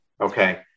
Okay